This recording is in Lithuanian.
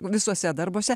visuose darbuose